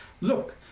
Look